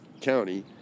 county